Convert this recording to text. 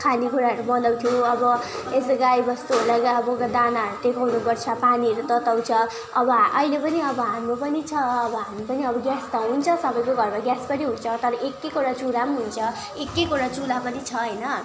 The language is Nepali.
खानेकुराहरू बनाउँथ्यो अब यसरी गाईबस्तुहरूलाई अब दानाहरू टेकाउनुपर्छ पानीहरू तताउँछ अब अहिले पनि अब हाम्रो पनि छ अब हामी पनि अब ग्यास त हुन्छ सबैको घरमा ग्यास पनि हुन्छ तर एक एकवटा चुल्हा पनि हुन्छ एक एकवटा चुल्हा पनि छ होइन